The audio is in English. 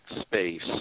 space